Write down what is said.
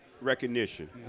recognition